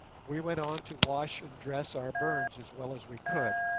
we went on to wash and dress our burns as well as we could.